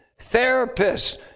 therapists